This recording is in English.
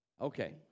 Okay